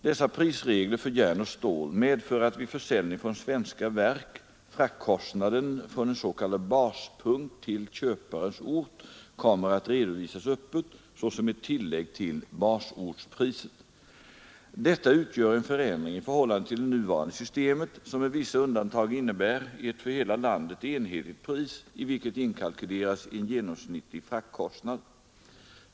Dessa prisregler för järn och stål medför att vid försäljning från svenska verk fraktkostnaden från en s.k. baspunkt till köparens ort kommer att redovisas öppet såsom ett tillägg till basortspriset. Detta utgör en förändring i förhållande till det nuvarande systemet, som med vissa undantag innebär ett för hela landet enhetligt pris i vilket inkalkylerats en genomsnittlig fraktkostnad.